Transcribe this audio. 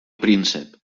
príncep